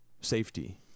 safety